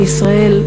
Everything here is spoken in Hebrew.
בישראל,